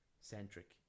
centric